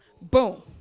Boom